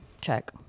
check